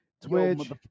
Twitch